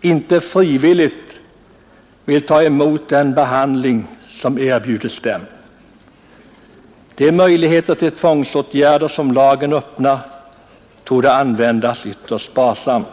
inte frivilligt vill ta emot den behandling som erbjudes dem. De möjligheter till tvångsåtgärder, som lagen öppnar, torde användas ytterst sparsamt.